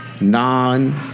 non-